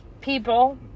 people